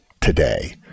today